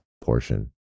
portion